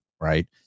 right